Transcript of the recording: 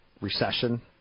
recession